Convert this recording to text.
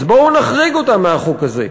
אז בואו נחריג אותם מהחוק הזה.